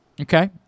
Okay